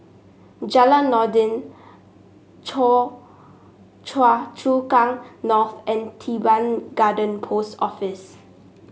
Jalan Noordin Choa Chu Kang North and Teban Garden Post Office